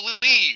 believe